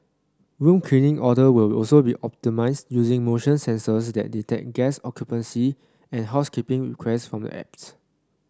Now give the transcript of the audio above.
room cleaning order will also be optimised using motion sensors that detect guest occupancy and housekeeping request from the apps